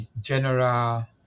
general